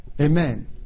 Amen